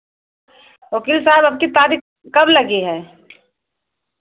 वकील साहब अबकी तारीख कब लगी है